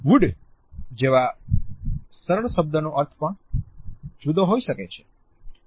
wood 'Wood જેવા સરળ શબ્દનો અર્થ પણ જુદા હોઈ છે